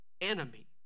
enemy